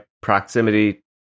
proximity